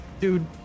Dude